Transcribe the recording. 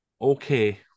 okay